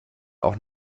auch